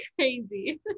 crazy